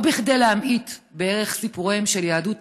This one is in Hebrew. לא כדי להמעיט בערך סיפוריהם של יהדות